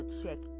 check